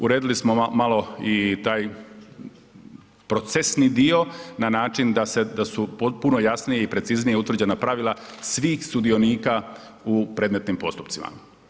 Uredili smo malo i taj procesni dio na način da su puno jasnije i preciznije utvrđena pravila svih sudionika u predmetnim postupcima.